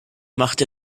macht